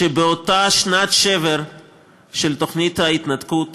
שבאותה שנת שבר של תוכנית ההתנתקות